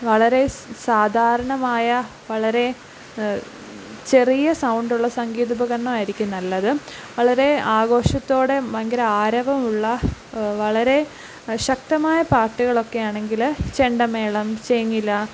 വളരെ സാധാരണമായ വളരെ ചെറിയ സൗണ്ടുളള സംഗീത ഉപകരണം ആയിരിക്കും നല്ലത് വളരെ ആഘോഷത്തോടെ ഭയങ്കര ആരവം ഉള്ള വളരെ ശക്തമായ പാട്ടുകളൊക്കെ ആണങ്കിൽ ചെണ്ടമേളം ചേങ്ങില